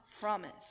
promise